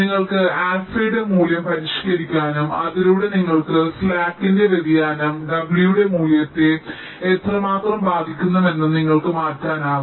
നിങ്ങൾക്ക് ആൽഫയുടെ മൂല്യം പരിഷ്ക്കരിക്കാനും അതിലൂടെ നിങ്ങൾക്ക് സ്ലാക്കിന്റെ വ്യതിയാനം w യുടെ മൂല്യത്തെ എത്രമാത്രം ബാധിക്കുമെന്നും നിങ്ങൾക്ക് മാറ്റാനാകും